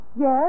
Yes